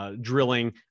Drilling